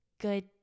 good